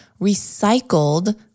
recycled